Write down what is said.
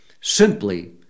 simply